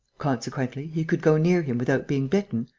consequently, he could go near him without being bitten?